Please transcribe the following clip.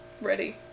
ready